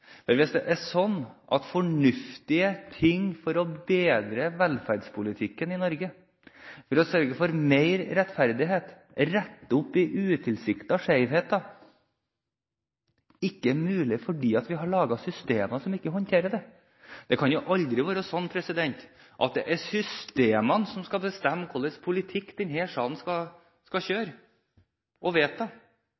Hvis det er sånn at fornuftige ting for å bedre velferdspolitikken i Norge – sørge for mer rettferdighet, rette opp i utilsiktede skjevheter – ikke er mulig fordi vi har laget systemer som ikke håndterer det, kan det jo aldri være sånn at det er systemene som skal bestemme hvilken politikk denne salen skal